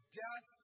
death